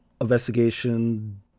investigation